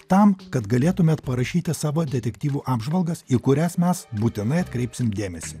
tam kad galėtumėt parašyti savo detektyvų apžvalgas į kurias mes būtinai atkreipsim dėmesį